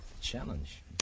Challenge